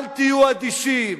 אל תהיו אדישים.